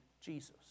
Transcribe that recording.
Jesus